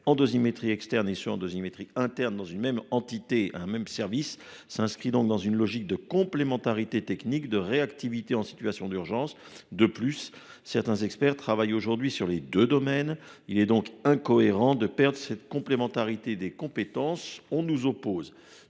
en dosimétrie externe et de ceux en dosimétrie interne dans une même entité et un même service s’inscrit donc dans une logique de complémentarité technique, de réactivité en situation d’urgence. De plus, certains experts travaillent aujourd’hui dans les deux domaines. Il est donc incohérent de perdre cette complémentarité des compétences. On nous oppose,